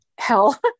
hell